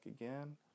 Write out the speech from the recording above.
again